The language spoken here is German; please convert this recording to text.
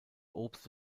obst